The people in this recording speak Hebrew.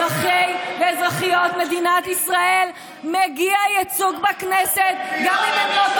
לאזרחי ואזרחיות מדינת ישראל מגיע ייצוג בכנסת גם אם הם לא,